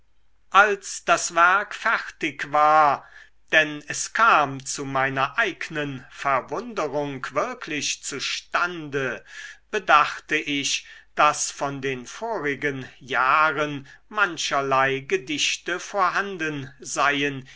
als das werk fertig war denn es kam zu meiner eignen verwunderung wirklich zustande bedachte ich daß von den vorigen jahren mancherlei gedichte vorhanden seien